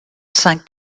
cinq